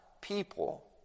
people